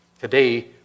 Today